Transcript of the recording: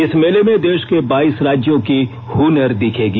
इस मेले में देश के बाईस राज्यों की हूनर दिखेगी